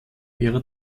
ihrer